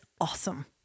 awesome